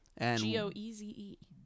G-O-E-Z-E